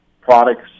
products